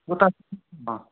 उता अँ